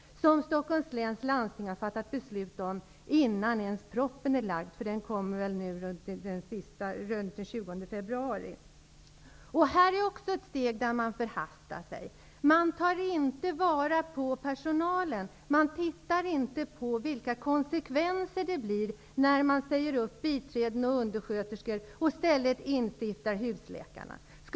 Stockholms läns landsting har fattat beslut innan propositionen lagts fram -- den kommer väl runt den 20 februari. Också på detta område förhastar man sig. Man tar inte vara på personalen, och ser inte vilka konsekvenserna blir då man säger upp biträden och undersköterskor och i stället inrättar husläkarsystemet.